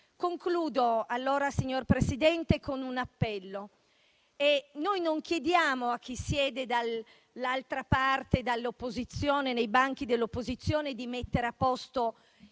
a un anno fa. Signor Presidente, concludo con un appello. Noi non chiediamo a chi siede dall'altra parte, tra i banchi dell'opposizione, di mettere a posto